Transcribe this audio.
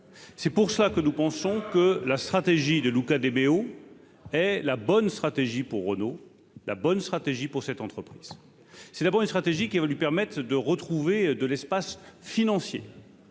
c'est pour ça que nous pensons que la stratégie de Luca de Méo est la bonne stratégie pour Renault, la bonne stratégie pour cette entreprise, c'est d'abord une stratégie qui lui permettent de retrouver de l'espace financier,